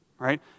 right